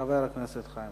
חבר הכנסת חיים